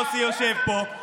יוסי יושב פה,